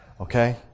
Okay